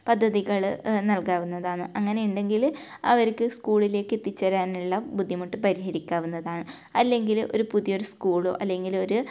പദ്ധതികൾ നൽകാവുന്നതാണ് അങ്ങനെ ഉണ്ടെങ്കിൽ അവർക്ക് സ്കൂളിലേക്ക് എത്തിച്ചേരാനുള്ള ബുദ്ധിമുട്ട് പരിഹരിക്കാവുന്നതാണ് അല്ലെങ്കിൽ ഒരു പുതിയൊരു സ്കൂളോ അല്ലെങ്കിലൊരു